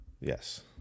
yes